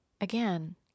Again